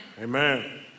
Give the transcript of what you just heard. Amen